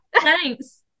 Thanks